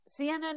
CNN